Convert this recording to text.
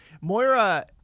Moira